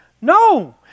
No